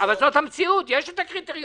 אבל זאת המציאות, יש את הקריטריון.